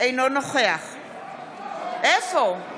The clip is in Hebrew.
אינו נוכח הוא פה, הוא פה.